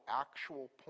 actual